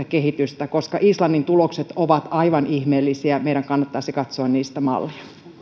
kehitystä koska islannin tulokset ovat aivan ihmeellisiä meidän kannattaisi katsoa niistä mallia